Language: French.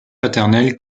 paternelle